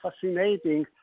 fascinating